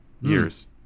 years